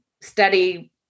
study